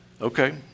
Okay